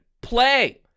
play